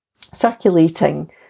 circulating